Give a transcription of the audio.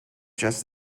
just